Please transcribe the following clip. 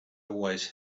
always